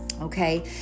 okay